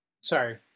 Sorry